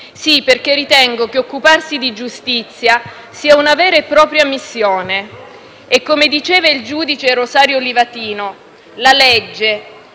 Sì, perché ritengo che occuparsi di giustizia sia una vera e propria missione e come diceva il giudice Rosario Livatino: «La legge,